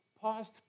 past